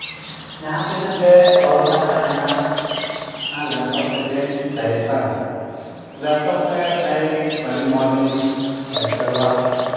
ᱡᱟᱦᱟᱸ ᱛᱤᱱᱟᱹᱜ ᱜᱮ ᱚᱞ ᱨᱮᱱᱟᱜ ᱛᱟᱦᱮᱱᱟ ᱚᱱᱟ ᱞᱮᱯᱴᱚᱯ ᱛᱮᱜᱮᱧ ᱴᱟᱭᱤᱯᱟ ᱞᱮᱯᱴᱚᱯ ᱮ ᱴᱟᱭᱤᱯ ᱟᱹᱰᱤ ᱢᱚᱡᱽ ᱤᱧ ᱟᱹᱭᱠᱟᱹᱣᱟ